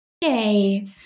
Yay